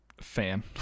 fan